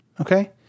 Okay